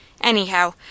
Anyhow